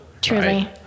Truly